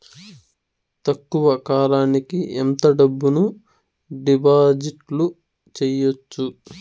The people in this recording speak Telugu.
తక్కువ కాలానికి ఎంత డబ్బును డిపాజిట్లు చేయొచ్చు?